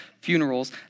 funerals